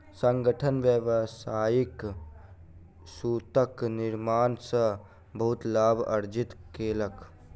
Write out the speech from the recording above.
संगठन व्यावसायिक सूतक निर्माण सॅ बहुत लाभ अर्जित केलक